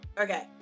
Okay